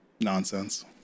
nonsense